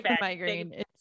migraine